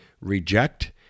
reject